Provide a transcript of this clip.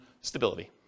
stability